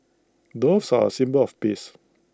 doves are A symbol of peace